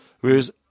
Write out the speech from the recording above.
Whereas